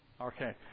Okay